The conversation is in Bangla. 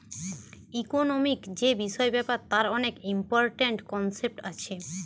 ইকোনোমিক্ যে বিষয় ব্যাপার তার অনেক ইম্পরট্যান্ট কনসেপ্ট আছে